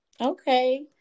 Okay